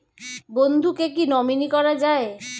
বন্ধুকে কী নমিনি করা যায়?